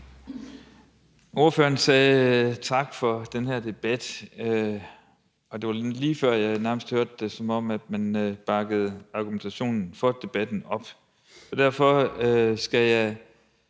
Ordføreren sagde tak for den her debat, og det var lige før, jeg nærmest hørte det, som om man bakkede argumentationen for debatten op. Derfor skal jeg